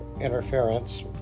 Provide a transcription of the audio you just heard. interference